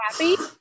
happy